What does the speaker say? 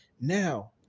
Now